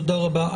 תודה רבה.